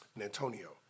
Antonio